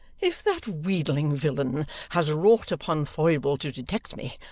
if that wheedling villain has wrought upon foible to detect me,